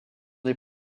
des